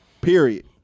Period